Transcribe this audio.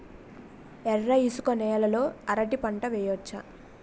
ఎర్ర ఇసుక నేల లో అరటి పంట వెయ్యచ్చా?